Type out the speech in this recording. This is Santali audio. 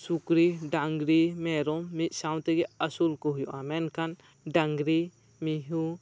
ᱥᱤᱢ ᱥᱩᱠᱨᱤ ᱰᱟᱝᱨᱤ ᱢᱮᱨᱚᱢ ᱢᱤᱫ ᱥᱟᱶ ᱛᱮᱜᱮ ᱟᱥᱩᱞ ᱠᱚ ᱦᱩᱭᱩᱜᱼᱟ ᱢᱮᱱᱠᱷᱟᱱ ᱰᱟᱝᱨᱤ ᱢᱤᱦᱩ